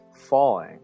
falling